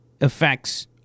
affects